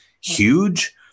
huge